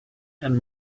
and